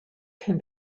can